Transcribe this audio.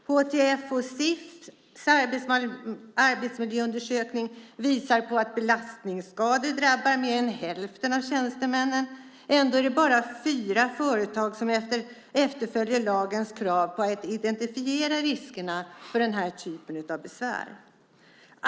HTF:s och Sif:s arbetsmiljöundersökning visar att belastningsskador drabbar mer än hälften av tjänstemännen. Ändå är det bara fyra företag som efterlever lagens krav på att identifiera riskerna för den här typen av besvär.